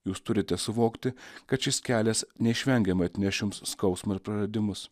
jūs turite suvokti kad šis kelias neišvengiamai atneš jums skausmą ir praradimus